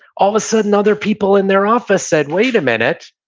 all of a sudden, other people in their office said, wait a minute.